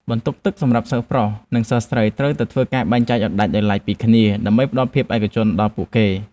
បន្ទប់ទឹកសម្រាប់សិស្សប្រុស និងសិស្សស្រីត្រូវតែធ្វើការបែងចែកឱ្យដាច់ដោយឡែកពីគ្នាដើម្បីផ្តល់ភាពឯកជនដល់ពួកគេ។